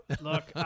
Look